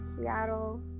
Seattle